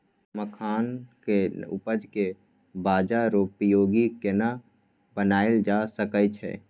मखान के उपज के बाजारोपयोगी केना बनायल जा सकै छै?